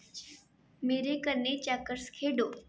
मेरे कन्नै चैक्कर्स खेढो